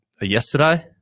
Yesterday